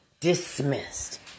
dismissed